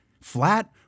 Flat